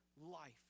life